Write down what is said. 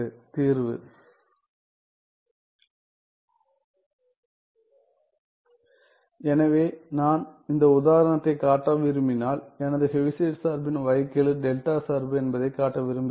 தீர்வு பொதுவான உணர்வில் எனவே நான் இந்த உதாரணத்தைக் காட்ட விரும்பினால் எனது ஹெவிசைட் சார்பின் வகைக்கெழு டெல்டா சார்பு என்பதைக் காட்ட விரும்புகிறேன்